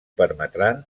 permetran